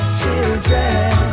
children